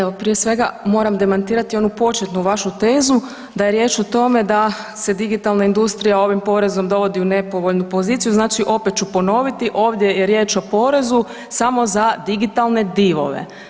Evo, prije svega moram demantirati onu početnu vašu tezu da je riječ o tome da se digitalna industrija ovim porezom dovodi u nepovoljnu poziciju, znači opet ću ponoviti ovdje je riječ o porezu samo za digitalne divove.